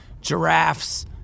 giraffes